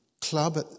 club